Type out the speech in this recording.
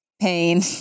pain